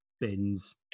bins